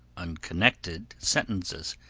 unconnected sentences,